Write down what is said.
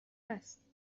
است